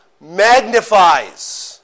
magnifies